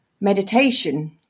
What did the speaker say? meditation